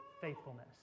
faithfulness